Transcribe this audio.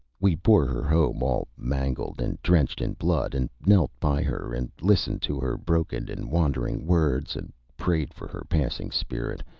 we bore her home, all mangled and drenched in blood, and knelt by her and listened to her broken and wandering words, and prayed for her passing spirit,